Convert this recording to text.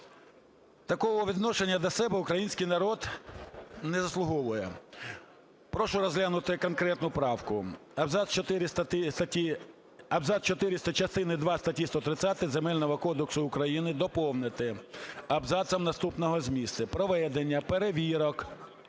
Такого відношення до себе український народ не заслуговує. Прошу розглянути конкретну правку абзац четвертий частини другої статті 130 Земельного кодексу України доповнити абзацом наступного змісту: "Проведення перевірок